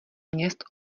měst